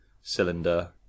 cylinder